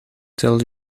tell